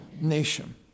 nation